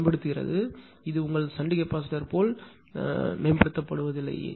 இது மேம்படுகிறது ஆனால் இது உங்கள் ஷன்ட் கெபாசிட்டர் போல் மேம்படுத்தவதில்லை